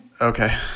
Okay